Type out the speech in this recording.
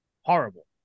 horrible